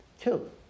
two